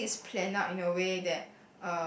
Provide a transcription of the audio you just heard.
everything is planned out in a way that